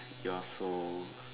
you're so